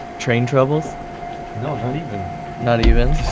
train travels no not even not even